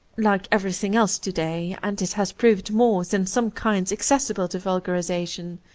like everything else to-day, and it has proved more than some kinds accessible to vulgarization.